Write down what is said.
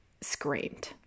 screamed